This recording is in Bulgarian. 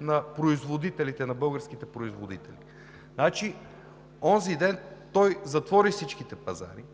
на българските производители? Онзи ден той затвори всичките пазари